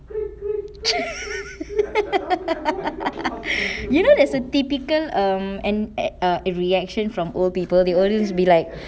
you know that's a typical um an err reaction from old people the audience be like